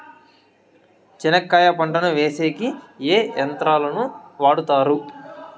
చెనక్కాయ పంటను వేసేకి ఏ యంత్రాలు ను వాడుతారు?